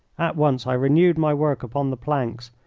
at once i renewed my work upon the planks,